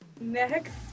Next